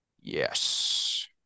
yes